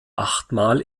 achtmal